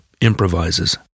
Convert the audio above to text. improvises